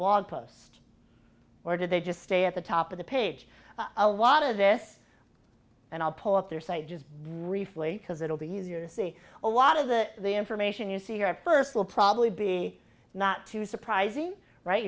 post or did they just stay at the top of the page a lot of this and i'll pull up their site just refly because it'll be easier to see a lot of the the information you see here at first will probably be not too surprising right